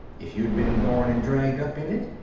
if you'd been born and dragged up in it,